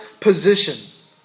position